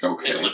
Okay